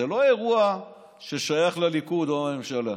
זה לא אירוע ששייך לליכוד או לממשלה,